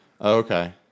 okay